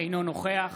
אינו נוכח